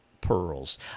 pearls